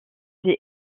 des